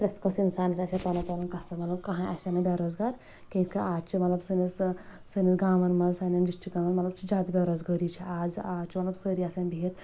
پرٛٮ۪تھ کٲنٛسہِ انسانس آسیا پنُن پنُن کسب مطلب کنہے آسیا نہٕ بےٚ روزگار کینٛہہ یِتھ کٔنۍ آز چھِ مطلب سٲنس سٲنس گامن منٛز سانٮ۪ن ڈسٹرکن منٛز مطلب چھ زیادٕ بےٚ روزگٲری چھےٚ آز آز چھِٕ مطلب سٲری آسان بِہِتھ